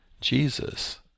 Jesus